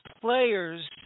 players